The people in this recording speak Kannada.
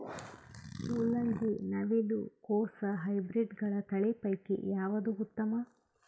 ಮೊಲಂಗಿ, ನವಿಲು ಕೊಸ ಹೈಬ್ರಿಡ್ಗಳ ತಳಿ ಪೈಕಿ ಯಾವದು ಉತ್ತಮ?